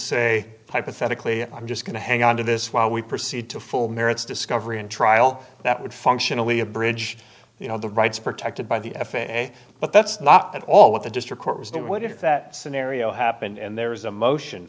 say hypothetically i'm just going to hang on to this while we proceed to full merits discovery and trial that would functionally a bridge you know the rights protected by the f a a but that's not at all what the district court was that what if that scenario happened and there was a motion